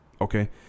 Okay